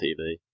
TV